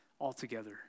altogether